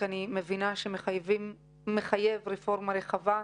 אני מבינה שהיא מחייבת רפורמה רחבה.